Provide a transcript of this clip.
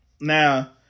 Now